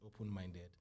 open-minded